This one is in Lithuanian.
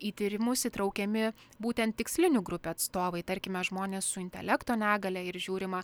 į tyrimus įtraukiami būtent tikslinių grupių atstovai tarkime žmonės su intelekto negalia ir žiūrima